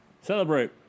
Celebrate